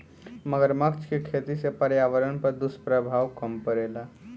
मगरमच्छ के खेती से पर्यावरण पर दुष्प्रभाव कम पड़ेला